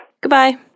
Goodbye